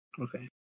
Okay